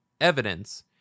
evidence